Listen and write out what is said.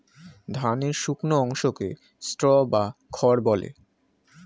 ধানের শুকনো অংশকে স্ট্র বা খড় বলে